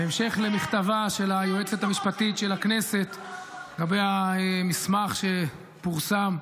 בהמשך למכתבה של היועצת המשפטית של הכנסת לגבי המסמך שפורסם,